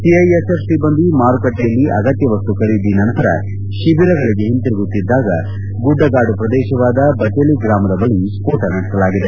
CISF ಸಿಬ್ಬಂದಿ ಮಾರುಕಟ್ಟೆಯಲ್ಲಿ ಅಗತ್ಯ ವಸ್ತು ಖರೀದಿ ನಂತರ ತಿಬರಗಳಿಗೆ ಹಿಂತಿರುಗುತ್ತಿದ್ದಾಗ ಗುಡ್ಡಗಾಡು ಪ್ರದೇಶವಾದ ಬಚೇಲಿ ಗ್ರಾಮದ ಬಳಿ ಸ್ವೋಟ ನಡೆಸಲಾಗಿದೆ